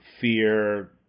fear